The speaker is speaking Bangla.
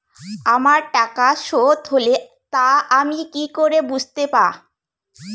আমার টাকা শোধ হলে তা আমি কি করে বুঝতে পা?